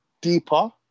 deeper